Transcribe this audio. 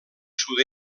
sud